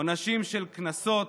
עונשים של קנסות,